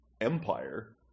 empire